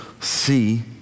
see